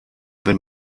wenn